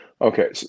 okay